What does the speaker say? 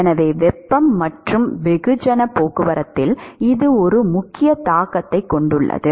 எனவே வெப்பம் மற்றும் வெகுஜன போக்குவரத்தில் இது ஒரு முக்கிய தாக்கத்தைக் கொண்டுள்ளது